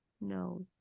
No